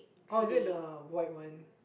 orh is it the white one